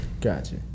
Gotcha